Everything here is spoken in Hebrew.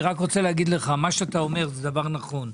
מה שאתה אומר זה דבר נכון.